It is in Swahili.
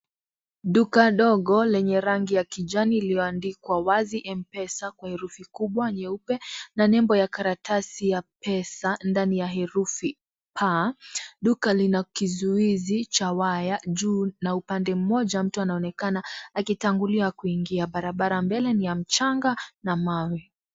Duka dogo lenye rangi ya kijani iliyoandikwa wazi Mpesa kwa herufi kubwa nyeupe, na nembo ya karatasi ya pesa ndani ya herufi P. Duka lina kizuizi cha waya juu na upande mmoja mtu anaonekana akitangulia kuingia. Barabara mbele ni ya mchanga na mawe.